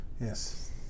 Yes